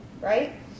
Right